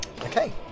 Okay